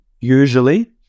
Usually